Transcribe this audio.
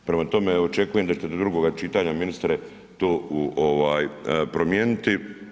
Prema tome očekujem da ćete do drugoga čitanja ministre to promijeniti.